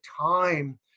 time